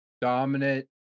dominant